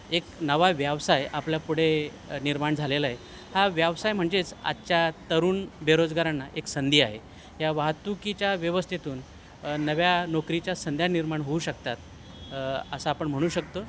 एक नवा व्यवसाय आपल्या पुढे निर्माण झालेला आहे हा व्यवसाय म्हणजेच आजच्या तरुण बेरोजगारांना एक संधी आहे या वाहतुकीच्या व्यवस्थेतून नव्या नोकरीच्या संध्या निर्माण होऊ शकतात असं आपण म्हणू शकतो